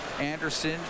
Anderson